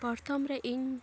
ᱯᱨᱚᱛᱷᱚᱢ ᱨᱮ ᱤᱧ